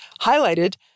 highlighted